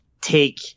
take